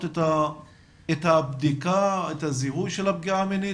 את הבדיקה ואת הזיהוי של הפגיעה המינית.